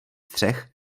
střech